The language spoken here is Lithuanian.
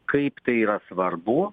kaip tai yra svarbu